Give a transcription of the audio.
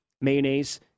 mayonnaise